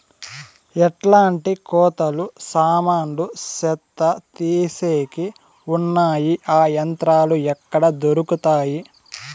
ఎట్లాంటి కోతలు సామాన్లు చెత్త తీసేకి వున్నాయి? ఆ యంత్రాలు ఎక్కడ దొరుకుతాయి?